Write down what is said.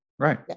Right